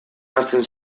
hasten